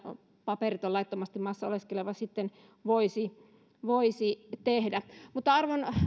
paperiton laittomasti maassa oleskeleva voisi voisi tehdä mutta arvon